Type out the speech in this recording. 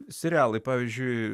serialai pavyzdžiui